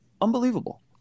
Unbelievable